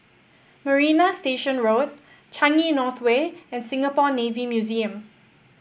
Marina Station Road Changi North Way and Singapore Navy Museum